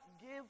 give